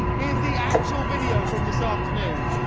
here is the actual video from this afternoon.